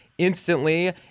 Instantly